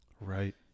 Right